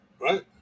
right